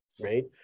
Right